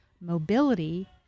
mobility